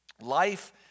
life